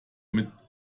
mit